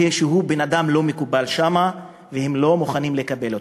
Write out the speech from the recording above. שהוא בן-אדם לא מקובל שם והם לא מוכנים לקבל אותו.